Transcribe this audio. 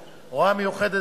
השכר.